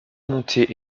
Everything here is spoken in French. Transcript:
monter